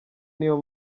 niyo